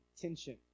tension